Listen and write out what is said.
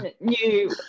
new